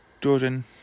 Jordan